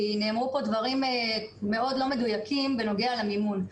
כי נאמרו פה דברים מאוד לא מדויקים בנוגע למימון.